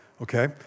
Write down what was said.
Okay